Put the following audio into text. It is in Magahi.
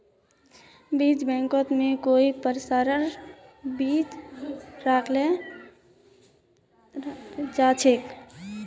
बीज बैंकत में कई प्रकारेर बीज रखाल जा छे